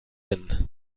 hin